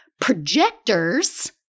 Projectors